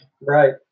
right